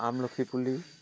আমলখি পুলি